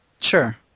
Sure